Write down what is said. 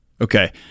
Okay